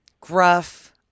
gruff